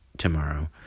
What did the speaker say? Tomorrow